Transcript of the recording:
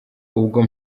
ubwo